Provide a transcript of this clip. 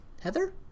Heather